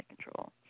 control